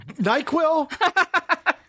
NyQuil